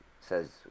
says